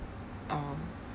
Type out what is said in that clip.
um